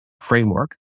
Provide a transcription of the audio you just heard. framework